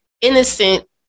innocent